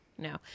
No